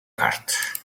card